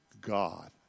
God